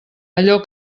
allò